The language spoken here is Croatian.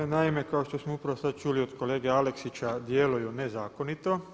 Ona naime kao što smo upravo sad čuli od kolege Aleksića djeluju nezakonito.